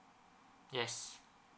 yes